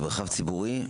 זה מרחב ציבורי,